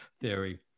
theory